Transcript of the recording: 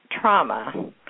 trauma